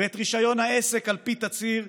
את רישיון העסק על פי תצהיר,